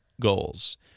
goals